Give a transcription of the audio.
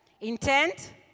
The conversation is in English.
intent